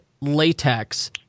latex